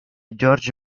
george